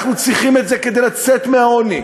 אנחנו צריכים את זה כדי לצאת מהעוני,